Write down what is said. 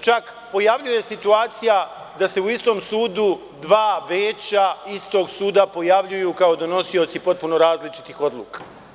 čak pojavljuje situacija da se u istom sudu dva veća istog suda pojavljuju kao donosioci potpuno različitih odluka.